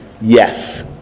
Yes